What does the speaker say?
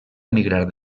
emigrar